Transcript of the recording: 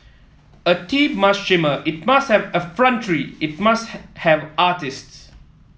a team must shimmer it must have effrontery it must have artists